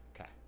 Okay